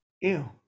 ew